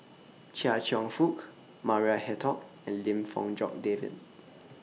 Chia Cheong Fook Maria Hertogh and Lim Fong Jock David